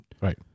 Right